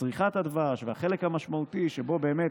צריכת הדבש והחלק המשמעותי שבו באמת